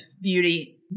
beauty